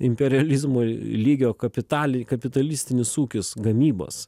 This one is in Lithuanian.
imperializmui lygio kapitalei kapitalistinis ūkis gamybos